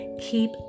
Keep